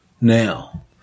now